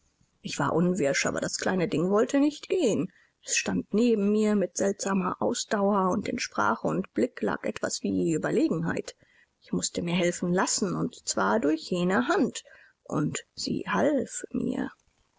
ich war unwirsch aber das kleine ding wollte nicht gehen es stand neben mir mit seltsamer ausdauer und in sprache und blick lag etwas wie überlegenheit ich mußte mir helfen lassen und zwar durch jene hand und sie half mir